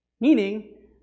Meaning